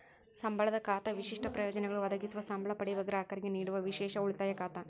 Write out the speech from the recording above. ಸಂಬಳದ ಖಾತಾ ವಿಶಿಷ್ಟ ಪ್ರಯೋಜನಗಳು ಒದಗಿಸುವ ಸಂಬ್ಳಾ ಪಡೆಯುವ ಗ್ರಾಹಕರಿಗೆ ನೇಡುವ ವಿಶೇಷ ಉಳಿತಾಯ ಖಾತಾ